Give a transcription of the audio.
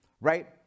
right